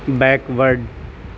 backward